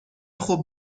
خوب